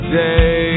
day